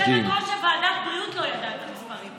יושבת-ראש ועדת הבריאות לא ידעה את המספרים.